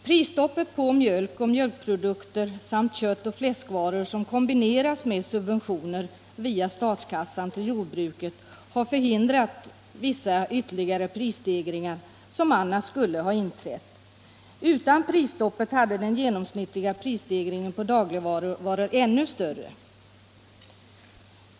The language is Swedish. Prisstoppet på mjölk och mjölkprodukter samt kött och fläskvaror som kombinerats med subventioner via statskassan till jordbruket har förhindrat vissa ytterligare prisstegringar som annars skulle ha inträtt. Utan prisstoppet hade den genomsnittliga prisstegringen på dagligvaror varit ännu större.